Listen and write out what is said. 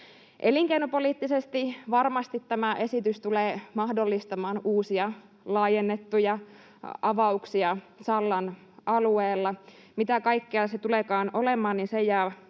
Elinkeinopoliittisesti varmasti tämä esitys tulee mahdollistamaan uusia laajennettuja avauksia Sallan alueella. Mitä kaikkea se tuleekaan olemaan, jää